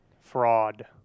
Fraud